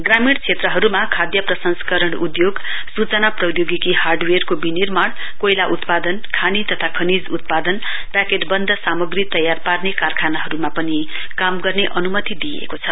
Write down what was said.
ग्रामीण क्षेत्रहरूमा खाद्य प्रसंस्करण उद्योग सूचना प्रौद्योगिकी हाईवेयरको विनिर्माम कोइला उत्पादन खानी तथा खनिज उत्पादन प्याकेटबन्द सामग्री तयार पार्ने कारखानाहरूमा पनि काम गर्ने अनुमति दिइएको छ